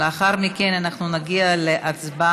לאחר מכן אנחנו נגיע להצבעה.